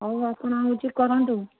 ହଉ ଆପଣ ହେଉଛି କରନ୍ତୁ